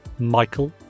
Michael